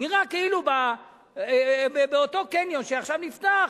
נראה כאילו באותו קניון שעכשיו נפתח,